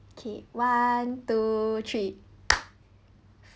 okay one two three